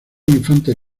infantes